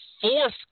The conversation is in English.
fourth